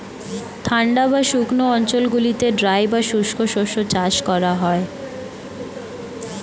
ঠান্ডা বা শুকনো অঞ্চলগুলিতে ড্রাই বা শুষ্ক শস্য চাষ করা হয়